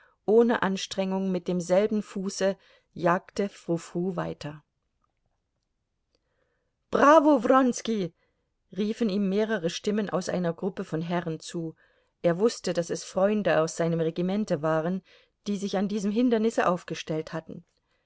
ohne anstrengung mit demselben fuße jagte frou frou weiter bravo wronski riefen ihm mehrere stimmen aus einer gruppe von herren zu er wußte daß es freunde aus seinem regimente waren die sich an diesem hindernisse aufgestellt hatten